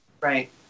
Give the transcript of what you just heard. Right